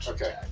Okay